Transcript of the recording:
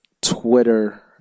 Twitter